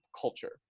culture